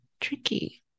tricky